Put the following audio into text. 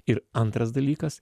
ir antras dalykas